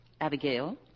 Abigail